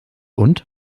und